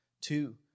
Two